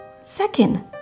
second